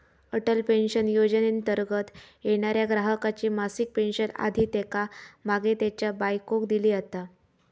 Atal pension योजनेंतर्गत येणाऱ्या ग्राहकाची मासिक पेन्शन आधी त्येका मागे त्येच्या बायकोक दिली जाता